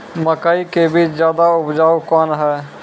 मकई के बीज ज्यादा उपजाऊ कौन है?